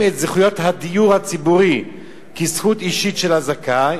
את זכויות הדיור הציבורי כזכות אישית של הזכאי